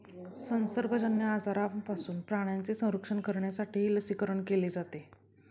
संसर्गजन्य आजारांपासून प्राण्यांचे संरक्षण करण्यासाठीही लसीकरण केले जाते